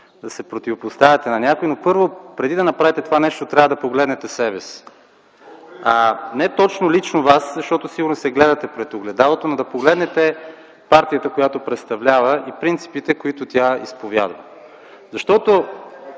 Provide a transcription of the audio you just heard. да се противопоставяте на някой, но, първо, преди да направите това нещо, трябва да погледнете себе си. Не точно лично Вас, защото сигурно се гледате пред огледалото, но да погледнете партията, която представлява и принципите, които тя изповядва. След това